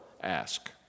ask